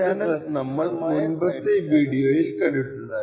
ഇതുപോലുള്ള ഒരു side channel നമ്മൾ മുൻപത്തെ വീഡിയോയിൽ കണ്ടിട്ടുണ്ടായിരുന്നു